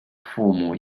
父母